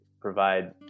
provide